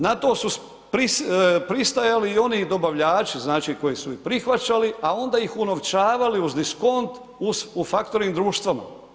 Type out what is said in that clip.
Na to su pristajali i oni dobavljači, znači koji su iz prihvaćali, a onda ih unovčavali uz diskont u faktoring društvima.